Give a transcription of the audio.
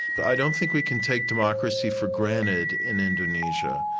i don't think we can take democracy for granted in indonesia,